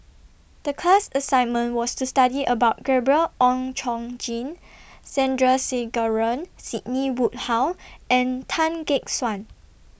The class assignment was to study about Gabriel Oon Chong Jin Sandrasegaran Sidney Woodhull and Tan Gek Suan